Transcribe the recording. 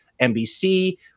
NBC